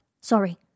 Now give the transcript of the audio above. Sorry